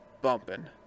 bumping